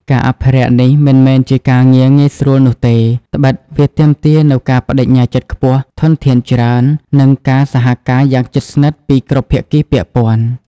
ការអភិរក្សនេះ មិនមែនជាការងារងាយស្រួលនោះទេ ត្បិតវាទាមទារនូវការប្តេជ្ញាចិត្តខ្ពស់ ធនធានច្រើន និងការសហការយ៉ាងជិតស្និទ្ធពីគ្រប់ភាគីពាក់ព័ន្ធ។